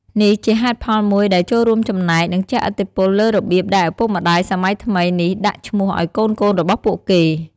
នេះជាហេតុផលមួយដែលចូលរួមចំណែក និងជះឥទ្ធិពលលើរបៀបដែលឪពុកម្ដាយសម័យថ្មីនេះដាក់ឈ្មោះឱ្យកូនៗរបស់ពួកគេ។